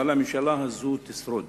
אבל הממשלה הזאת תשרוד,